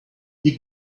you